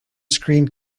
screen